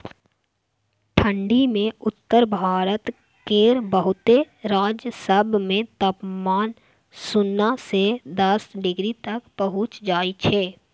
ठंढी मे उत्तर भारत केर बहुते राज्य सब मे तापमान सुन्ना से दस डिग्री तक पहुंच जाइ छै